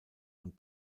und